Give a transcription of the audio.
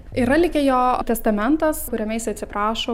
yra likę jo testamentas kuriame jisai atsiprašo